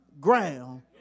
ground